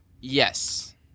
Yes